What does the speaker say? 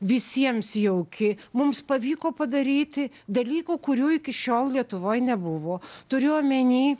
visiems jauki mums pavyko padaryti dalykų kurių iki šiol lietuvoj nebuvo turiu omeny